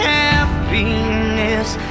happiness